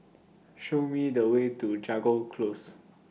Show Me The Way to Jago Close